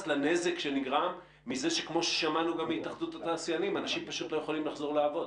לנזק שנגרם מזה שאנשים פשוט לא יכולים לחזור לעבוד.